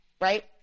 Right